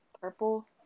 purple